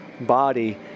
body